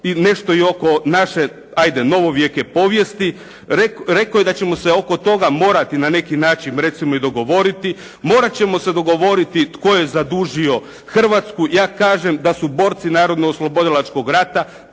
nešto i oko naše, hajde novovjeke povijesti. Rekao je da ćemo se oko toga morati na neki način recimo i dogovoriti. Morati ćemo se dogovoriti tko je zadužio Hrvatsku. Ja kažem da su borci Narodno-oslobodilačkog rata,